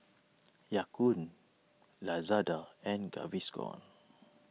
Ya Kun Lazada and Gaviscon